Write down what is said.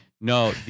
No